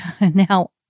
Now